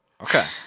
okay